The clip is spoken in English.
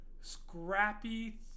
Scrappy